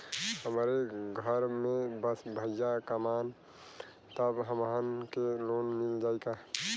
हमरे घर में बस भईया कमान तब हमहन के लोन मिल जाई का?